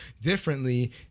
differently